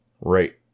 Right